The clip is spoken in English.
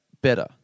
better